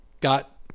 got